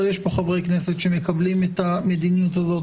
יש פה חברי כנסת שמקבלים את המדיניות הזאת,